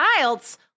IELTS